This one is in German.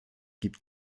gibt